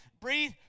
breathe